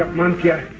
one here.